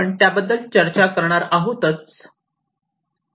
आपण त्याबद्दल चर्चा करणार आहोत